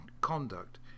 conduct